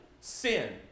sin